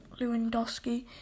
Lewandowski